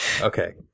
Okay